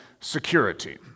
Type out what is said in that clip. security